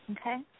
Okay